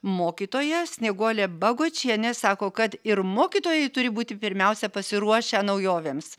mokytoja snieguolė bagočienė sako kad ir mokytojai turi būti pirmiausia pasiruošę naujovėms